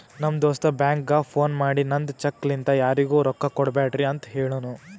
ನಮ್ ದೋಸ್ತ ಬ್ಯಾಂಕ್ಗ ಫೋನ್ ಮಾಡಿ ನಂದ್ ಚೆಕ್ ಲಿಂತಾ ಯಾರಿಗೂ ರೊಕ್ಕಾ ಕೊಡ್ಬ್ಯಾಡ್ರಿ ಅಂತ್ ಹೆಳುನೂ